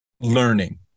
learning